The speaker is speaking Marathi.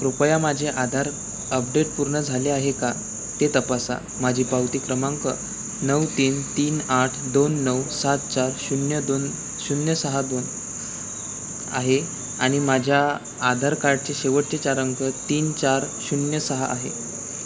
कृपया माझे आधार अपडेट पूर्ण झाले आहे का ते तपासा माझी पावती क्रमांक नऊ तीन तीन आठ दोन नऊ सात चार शून्य दोन शून्य सहा दोन आहे आणि माझ्या आधार कार्डचे शेवटचे चार अंक तीन चार शून्य सहा आहे